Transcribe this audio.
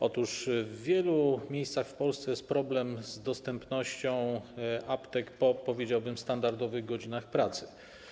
Otóż w wielu miejscach w Polsce jest problem z dostępnością aptek po, powiedziałbym, standardowych godzinach pracy.